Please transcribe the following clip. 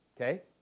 okay